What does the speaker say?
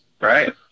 Right